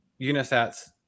Unisat's